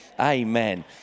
Amen